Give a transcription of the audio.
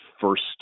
first